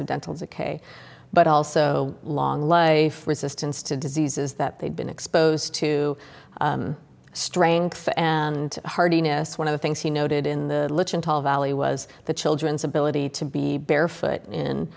of dental decay but also long life resistance to diseases that they've been exposed to strength and hardiness one of the things he noted in the valley was the children's ability to be barefoot